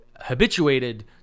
habituated